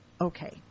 okay